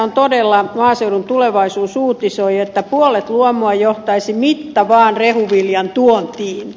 mutta todella maaseudun tulevaisuus uutisoi että puolet luomua johtaisi mittavaan rehuviljan tuontiin